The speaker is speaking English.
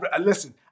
Listen